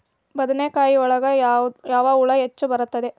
ಬದನೆಕಾಯಿ ಒಳಗೆ ಯಾವ ಹುಳ ಹೆಚ್ಚಾಗಿ ಬರುತ್ತದೆ?